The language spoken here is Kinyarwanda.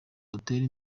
rutera